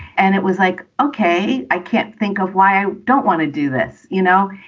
and it was like, okay, i can't think of why i don't want to do this you know,